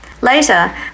Later